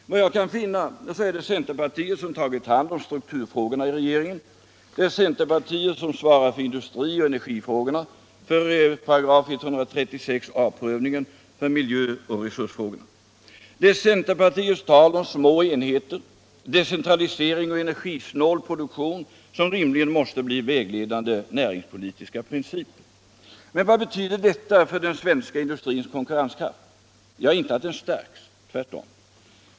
Vad Jag kan finna så är det centerpartiet som tagit hand om strukturfrågorna I regeringen. Det är centerpartiet som ansvarar för industrioch energifrågorna, för 136 a S-prövningen, för miljöoch resursfrågorna. Det är centerpartiets tal om små enheter, decentralisering och energisnål produktion som rimligen måste bli vägledande näringspolitiska principer. Men vad betyder detta för den svenska industrins konkurrenskraft? Ja, inte att den stärks. Tvärtom.